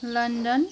London